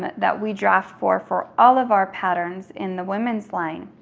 that we draft for for all of our patterns in the women's line.